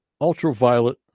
ultraviolet